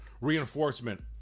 reinforcement